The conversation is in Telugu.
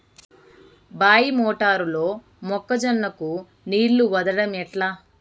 బాయి మోటారు లో మొక్క జొన్నకు నీళ్లు వదలడం ఎట్లా?